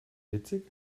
witzig